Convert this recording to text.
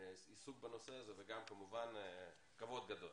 עיסוק בנושא הזה וגם כמובן כבוד גדול.